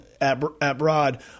abroad